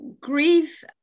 Grief